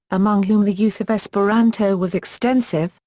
among whom the use of esperanto was extensive,